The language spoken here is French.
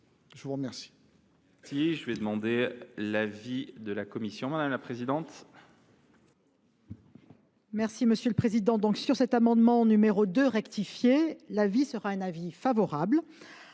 je vous remercie